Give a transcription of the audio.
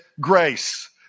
grace